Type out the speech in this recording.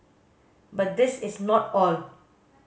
but this is not all